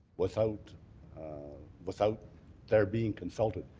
without without their being consulted.